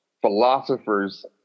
philosophers